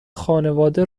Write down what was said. خانواده